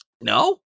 No